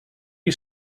you